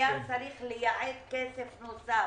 היה צריך לייעד כסף נוסף,